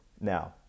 now